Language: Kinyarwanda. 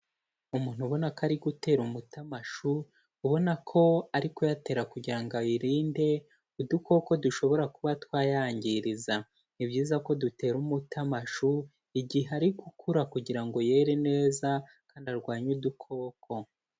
Umuntu ubona ko ari gutera umuti amashu, ubona ko ari kuyatera kugira ngo ayarinde udukoko dushobora kuba twayangiriza, ni byiza ko dutera umuti amashu igihe ari gukura kugira ngo yere neza kandi arwanye udukoko.